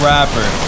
Rapper